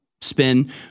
spin